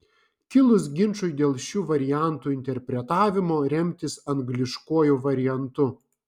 kilus ginčui dėl šių variantų interpretavimo remtis angliškuoju variantu